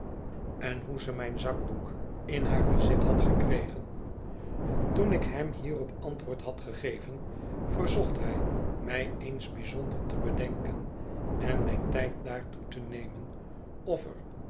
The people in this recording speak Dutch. en hoe zij mijn zakdoek in haar bezit had gekregen toen ik hem hierop antwoord had gegeven verzocht hij mij eens bijzonder te bedenken en mijn tijd daartoe te nemen